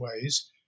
ways